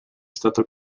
stata